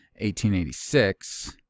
1886